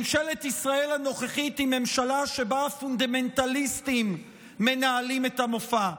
ממשלת ישראל הנוכחית היא ממשלה שבה הפונדמנטליסטים מנהלים את המופע.